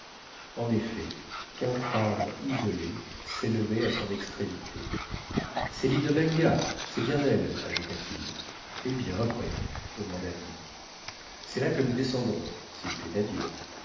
en effet quatre arbres isolés s'élevaient à son extrémité c'est l'île de benga c'est bien elle ajouta-t-il eh bien après demanda dick c'est là que nous descendrons s'il plaît à dieu